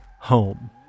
Home